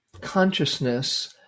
consciousness